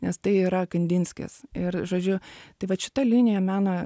nes tai yra kandinskis ir žodžiu tai vat šita linija meno